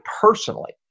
personally